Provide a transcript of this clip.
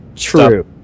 true